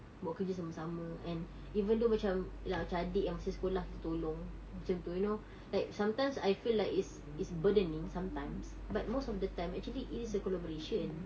buat kerja sama-sama and even though macam ya lah adik yang masih sekolah kita tolong macam tu you know like sometimes I feel like is is burdening sometimes but most of the time actually it is a collaboration